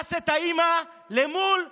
ואנס את האימא מול ילדיה.